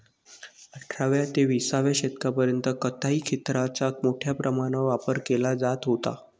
अठराव्या ते विसाव्या शतकापर्यंत कताई खेचराचा मोठ्या प्रमाणावर वापर केला जात होता